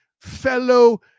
fellow